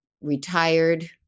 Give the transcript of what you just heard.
retired